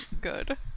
good